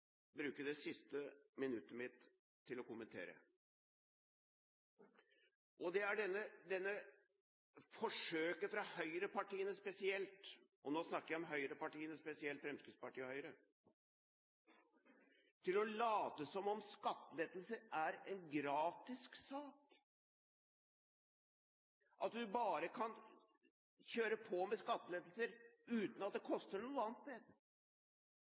bruke det siste minuttet mitt til å kommentere, og det er dette forsøket fra høyrepartiene spesielt – og nå snakker jeg om høyrepartiene spesielt, Fremskrittspartiet og Høyre – på å late som om skattelettelser er en gratissak, at du bare kan kjøre på med skattelettelser uten at det koster noe annet sted.